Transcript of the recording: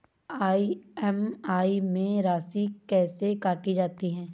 EMI में राशि कैसे काटी जाती है?